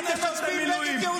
וחנוך,